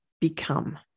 become